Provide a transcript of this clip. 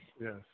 yes